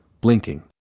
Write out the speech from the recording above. blinking